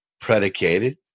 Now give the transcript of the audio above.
predicated